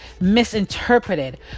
misinterpreted